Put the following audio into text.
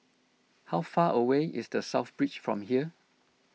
how far away is the South Beach from here